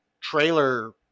trailer